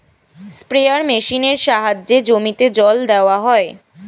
sprayer মেশিনের সাহায্যে জমিতে জল দেওয়া হয়